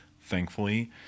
thankfully